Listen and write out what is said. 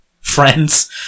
friends